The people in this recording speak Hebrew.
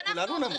כולנו נמות.